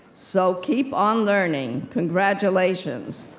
so keep on learning. congratulations.